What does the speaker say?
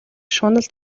шунал